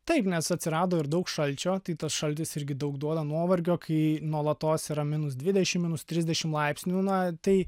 taip nes atsirado ir daug šalčio tai tas šaltis irgi daug duoda nuovargio kai nuolatos yra minus dvidešim minus trisdešim laipsnių na tai